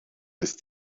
ist